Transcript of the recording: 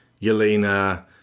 Yelena